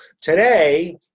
Today